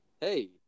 Hey